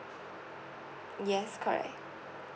yes correct